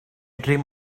dream